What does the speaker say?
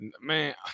Man